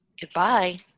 Goodbye